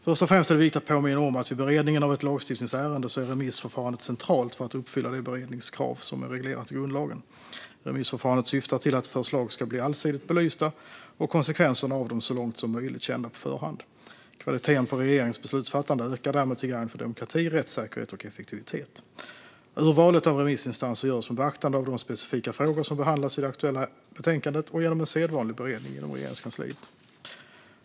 Först och främst är det viktigt att påminna om att remissförfarandet vid beredningen av ett lagstiftningsärende är centralt för att uppfylla det beredningskrav som är reglerat i grundlagen. Remissförfarandet syftar till att förslag ska bli allsidigt belysta och konsekvenserna av dem så långt som möjligt kända på förhand. Kvaliteten på regeringens beslutsfattande ökar därmed till gagn för demokrati, rättssäkerhet och effektivitet. Urvalet av remissinstanser görs med beaktande av de specifika frågor som behandlas i det aktuella betänkandet och genom en sedvanlig beredning inom Regeringskansliet.